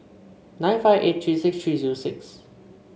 nine five eight three six three zero six